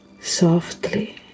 softly